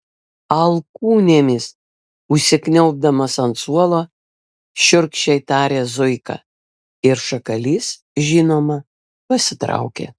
alkūnėmis užsikniaubdamas ant suolo šiurkščiai tarė zuika ir šakalys žinoma pasitraukė